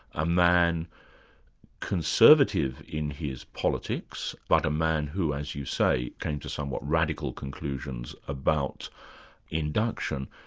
a man conservative in his politics but a man who, as you say, came to somewhat radical conclusions about induction.